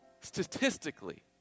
statistically